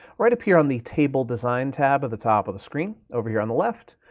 right up here on the table design tab at the top of the screen, over here on the left,